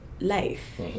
life